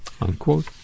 Unquote